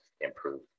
improve